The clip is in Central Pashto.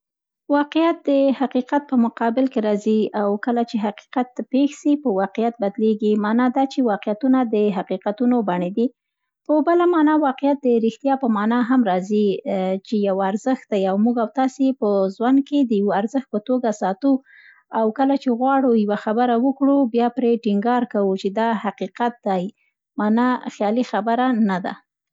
واقعیت د حقیقت په مقابل کې راځي او کله چي حقیقت پېښ سي، په واقعیت بدلېږي. مانا دا چي واقعیتونه د حقیقتونو بڼې دي. په بله معنا واقعیت د رښتیا په مانا هم راځي چې یوه ارزښت دی او موږ او تاسې یې په زوند کې د یوه ارزښت په توګه ساتو او کله چي غواړو، یوه خبره وکړو، بیا پرې ټینګار کوو، چي دا حقیقت دی، مانا خیالي خبره نه ده.